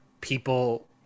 people